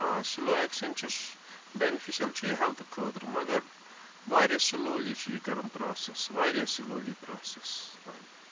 آ سٕلو ایٚکشَن چھُس بیٚنفشل چھُ یہِ ہیٚلتھِ خٲطرٕ مگر واریاہ سٕلولی چھُ یہِ کَران پراسیٚس واریاہ سٕلولی پراسیٚس